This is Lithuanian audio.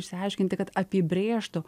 išsiaiškinti kad apibrėžtų